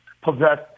possess